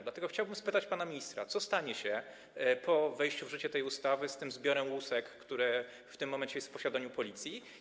Dlatego chciałbym spytać pana ministra: Co stanie się po wejściu w życie tej ustawy z tym zbiorem łusek, które w tym momencie są w posiadaniu Policji?